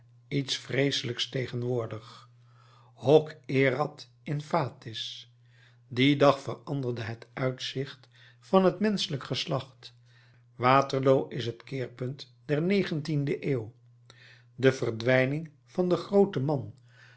iets vreeselijks tegenwoordig hoc erat in fatis die dag veranderde het uitzicht van het menschelijk geslacht waterloo is het keerpunt der negentiende eeuw de verdwijning van den grooten man